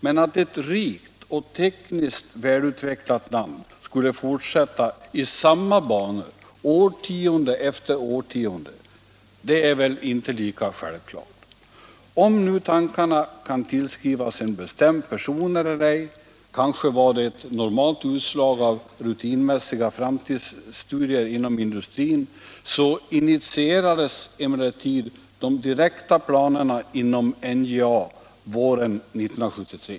Men att ett rikt och tekniskt välutvecklat land skulle fortsätta i samma banor årtionde efter årtionde är väl inte lika självklart. Vare sig tankarna kan tillskrivas en bestämd person eller ej — kanske var det ett normalt utslag av rutinmässiga framtidsstudier inom industrin — så initierades de direkta planerna inom NJA våren 1973.